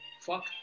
Fuck